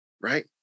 Right